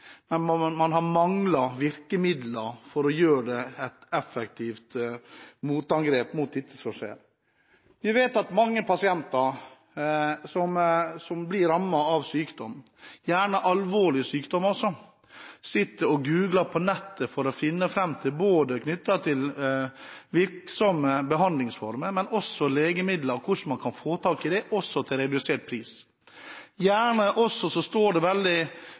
man har manglet virkemidler for å komme med et effektivt motangrep mot det. Vi vet at mange pasienter som blir rammet av sykdom, gjerne også alvorlig sykdom, sitter og googler på nettet for å finne fram til virksomme behandlingsformer, men også for å finne ut hvordan man kan få tak i legemidler til redusert pris. Det står gjerne også,